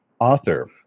author